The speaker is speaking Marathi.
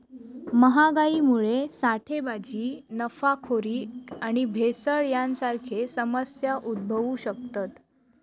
महागाईमुळा साठेबाजी, नफाखोरी आणि भेसळ यांसारखे समस्या उद्भवु शकतत